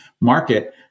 market